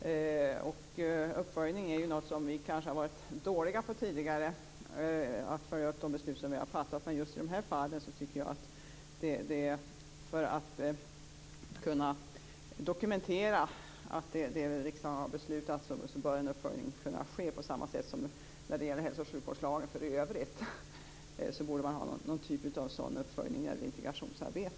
Vi har kanske tidigare varit dåliga på att följa upp de beslut vi har fattat. Men i just det här fallet bör en dokumenterad uppföljning ske i integrationsarbetet, precis som för hälso och sjukvårdslagen i övrigt.